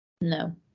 No